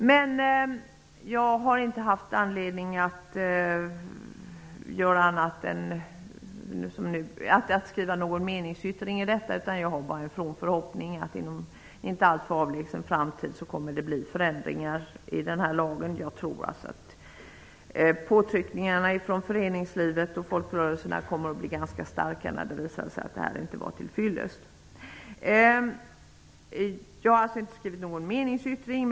Men jag har inte haft anledning att skriva någon meningsyttring om detta. Jag har bara en from förhoppning att det inom en inte alltför avlägsen framtid kommer att bli förändringar i lagen. Jag tror att påtryckningarna från föreningslivet och folkrörelserna kommer att bli ganska starka när det visar sig att det här inte var till fyllest. Jag har alltså inte avgivit någon meningsyttring.